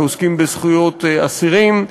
שעוסקים בזכויות אסירים,